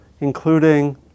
including